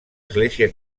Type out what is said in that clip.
església